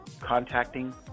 contacting